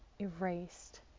erased